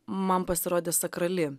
man pasirodė sakrali